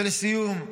ולסיום,